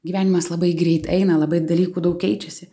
gyvenimas labai greit eina labai dalykų daug keičiasi